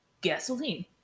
gasoline